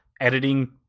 editing